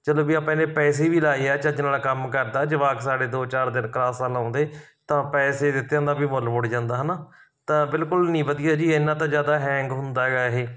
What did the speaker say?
ਚਲੋ ਵੀ ਆਪਾਂ ਇੰਨੇ ਪੈਸੇ ਵੀ ਲਗਾਏ ਆ ਚੱਜ ਨਾਲ ਕੰਮ ਕਰਦਾ ਜਵਾਕ ਸਾਡੇ ਦੋ ਚਾਰ ਦਿਨ ਕਲਾਸਾਂ ਲਗਾਉਂਦੇ ਤਾਂ ਪੈਸੇ ਦਿੱਤਿਆ ਦਾ ਵੀ ਮੁੱਲ ਮੁੜ ਜਾਂਦਾ ਹੈਨਾ ਤਾਂ ਬਿਲਕੁਲ ਨਹੀਂ ਵਧੀਆ ਜੀ ਇੰਨਾ ਤਾਂ ਜ਼ਿਆਦਾ ਹੈਂਗ ਹੁੰਦਾ ਹੈਗਾ ਇਹ